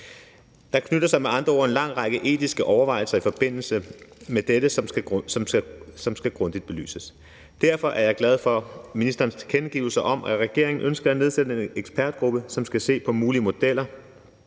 Der knytter sig med andre ord en lang række etiske overvejelser til dette, som skal belyses grundigt. Derfor er jeg glad for ministerens tilkendegivelse af, at regeringen ønsker at nedsætte en ekspertgruppe, som skal se på mulige modeller